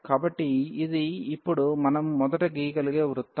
కాబట్టి ఇది ఇప్పుడు మనం మొదట గీయగలిగే వృత్తం